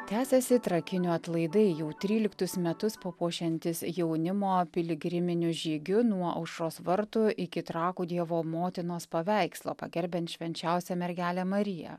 tęsiasi trakinių atlaidai jau tryliktus metus papuošiantys jaunimo piligriminiu žygiu nuo aušros vartų iki trakų dievo motinos paveikslo pagerbiant švenčiausią mergelę mariją